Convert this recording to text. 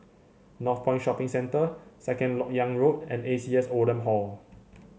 Northpoint Shopping Centre Second LoK Yang Road and A C S Oldham Hall